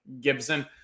Gibson